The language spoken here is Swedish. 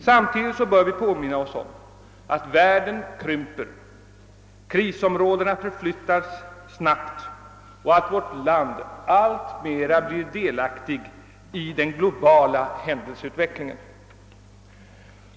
Samtidigt bör vi påminna oss om att världen krymper, att krisområdena förflyttas snabbt och att vårt land alltmer blir delaktigt i den globala händelseutvecklingen.